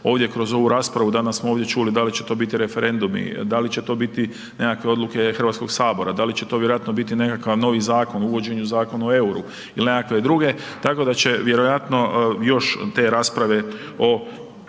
ovdje kroz ovu raspravu, danas smo ovdje čuli da li će to biti referendumi, da li će to biti nekakve odluke HS, da li će to vjerojatno biti nekakav novi zakon, uvođenju Zakona o EUR-u il nekakve druge, tako da će vjerojatno još te rasprave o ulasku u